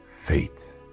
faith